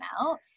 out